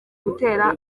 gutera